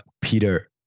Peter